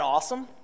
awesome